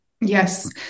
Yes